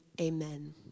amen